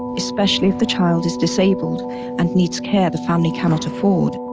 especially if the child is disabled and needs care the family cannot afford.